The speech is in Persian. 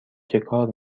چکار